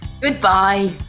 Goodbye